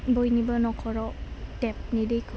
बयनिबो नख'राव टेपनि दैखौ